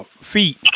Feet